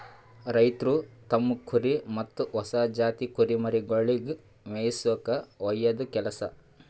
ರೈತ್ರು ತಮ್ಮ್ ಕುರಿ ಮತ್ತ್ ಹೊಸ ಜಾತಿ ಕುರಿಮರಿಗೊಳಿಗ್ ಮೇಯಿಸುಲ್ಕ ಒಯ್ಯದು ಕೆಲಸ